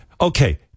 okay